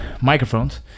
microphones